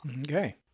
Okay